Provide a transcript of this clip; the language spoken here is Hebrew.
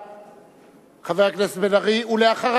חבר הכנסת בן-ארי, בבקשה.